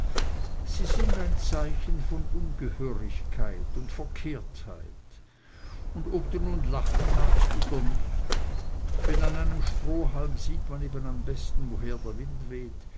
sie sind ein zeichen von ungehörigkeit und verkehrtheit und ob du nun lachen magst oder nicht denn an einem strohhalm sieht man eben am besten woher der wind weht